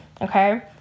Okay